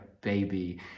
baby